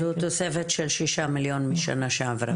אז זו תוספת של שישה מיליון משנה שעברה.